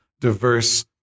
diverse